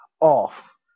off